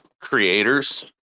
creators